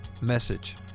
message